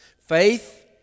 Faith